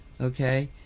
Okay